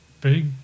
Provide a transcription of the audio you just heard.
big